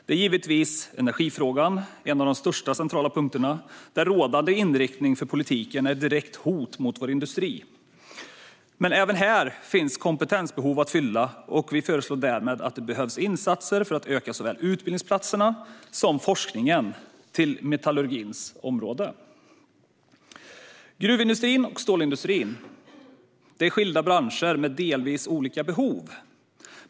Här är givetvis energifrågan en av de centrala punkterna, och rådande inriktning för politiken är ett direkt hot mot vår industri. Men även här finns kompetensbehov att fylla, och vi föreslår därför att det görs insatser för att öka såväl antalet utbildningsplatser som forskningen på metallurgins område. Gruvindustrin och stålindustrin är skilda branscher med delvis olika behov.